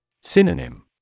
Synonym